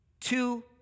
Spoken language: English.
two